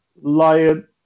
Lion